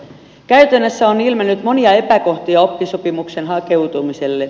käytännössä on ilmennyt monia epäkohtia oppisopimukseen hakeutumiselle